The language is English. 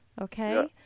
Okay